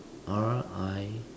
R I